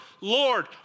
Lord